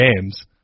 games